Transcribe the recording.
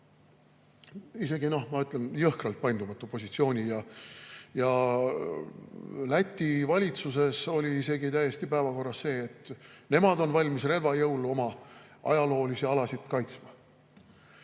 isegi jõhkralt paindumatu positsiooni, ja Läti valitsuses oli täiesti päevakorras võimalus, et nemad on valmis ka relva jõul oma ajaloolisi alasid kaitsma.